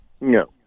No